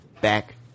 Back